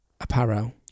Apparel